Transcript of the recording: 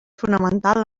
fonamental